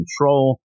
control